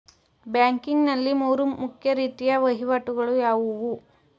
Banking ನಲ್ಲಿ ಮೂರು ಮುಖ್ಯ ರೀತಿಯ ವಹಿವಾಟುಗಳು ಯಾವುವು?